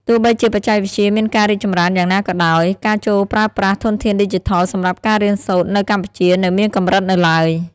ទោះបីជាបច្ចេកវិទ្យាមានការរីកចម្រើនយ៉ាងណាក៏ដោយ ការចូលប្រើប្រាស់ធនធានឌីជីថលសម្រាប់ការរៀនសូត្រនៅកម្ពុជានៅមានកម្រិតនៅឡើយ។